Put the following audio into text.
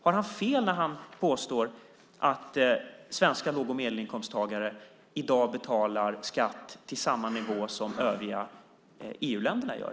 Har han fel när han påstår att svenska låg och medelinkomsttagare i dag betalar skatt till samma nivå som övriga EU-länder gör?